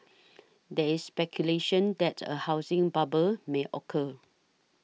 there is speculation that a housing bubble may occur